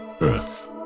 Earth